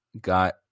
got